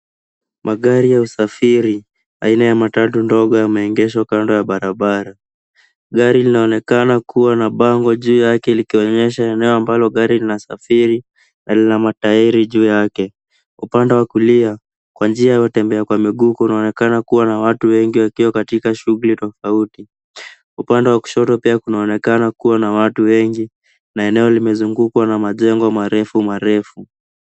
Magari ya usafiri aina ya matatu ndogo yameegeshwa kando ya barabara. Gari linaonekana kuwa na bango juu yake likionyesha eneo ambalo gari linasafiri na lina matairi juu yake. Upande wa kulia, kwa njia ya watembea kwa miguu, kunaonekana kuwa na watu wengi wakiwa katika shughuli tofauti. Upande wa kushoto pia kunaonekana kuwa na watu wengi na eneo limezungukwa na majengo marefumarefu.